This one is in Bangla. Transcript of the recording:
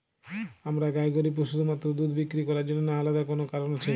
আমরা গাই গরু পুষি শুধুমাত্র দুধ বিক্রি করার জন্য না আলাদা কোনো কারণ আছে?